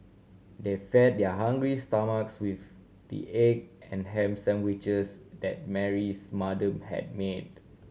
they fed their hungry stomachs with the egg and ham sandwiches that Mary's mother had made